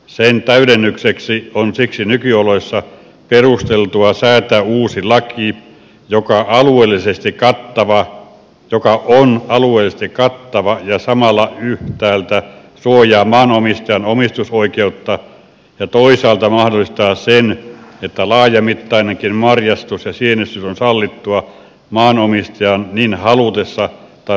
sen täydennykseksi on siksi nykyoloissa perusteltua säätää uusi laki joka on alueellisesti kattava ja samalla yhtäältä suojaa maanomistajan omistusoikeutta ja toisaalta mahdollistaa sen että laajamittainenkin marjastus ja sienestys on sallittua maanomistajan niin halutessa tai pysytellessä passiivisena